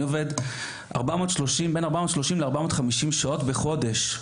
אני עובד בין 430 ל-450 שעות בחודש.